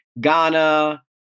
Ghana